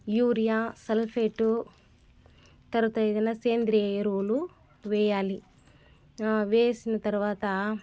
urea sulphate తర్వాత ఏదైనా సేంద్రీయ ఎరువులు వెయ్యాలి వేసిన తర్వాత